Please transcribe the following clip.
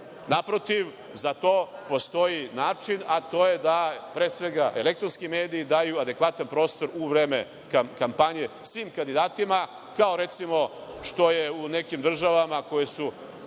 Naprotiv, za to postoji način a to je da, pre svega, elektronski mediji daju adekvatan prostor u vreme kampanje svim kandidatima, kao recimo što je u nekim državama koje su